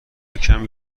کمی